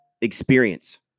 experience